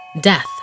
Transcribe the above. death